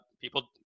people